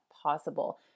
possible